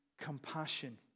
compassion